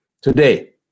today